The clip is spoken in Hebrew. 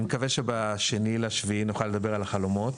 אני מקווה שב- 2.7 אנחנו נוכל לדבר על החלומות,